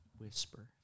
whisper